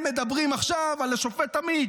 הם מדברים עכשיו על השופט עמית,